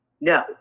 no